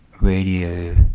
radio